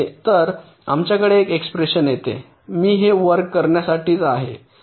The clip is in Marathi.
तर आपल्याकडे असे एक्सप्रेशन येते मी हे वर्क करण्यासाठीच आहे